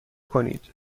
کنید